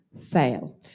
fail